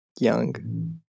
young